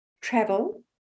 travel